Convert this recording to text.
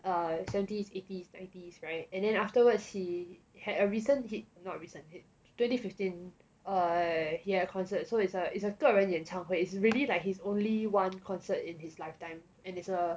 err seventies eighties nineties [right] and then afterwards he had a recent hit not recent hit twenty fifteen err he had a concert so it's a it's a 个人演唱会 is really like he's only one concert in his lifetime and there's a